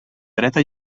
dreta